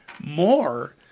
more